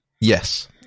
Yes